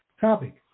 Topic